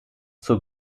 zur